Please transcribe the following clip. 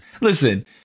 listen